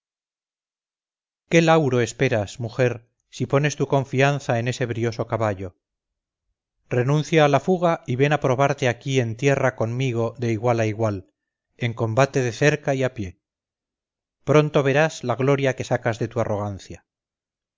qué lauro esperas mujer si pones tu confianza en ese brioso caballo renuncia a la fuga y ven a probarte aquí en tierra conmigo de igual a igual en combate de cerca y a pie pronto verás la gloria que sacas de tu arrogancia